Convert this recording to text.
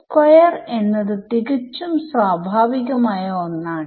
square എന്നത് തികച്ചും സ്വഭാവികമായ ഒന്നാണ്